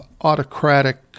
autocratic